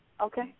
Okay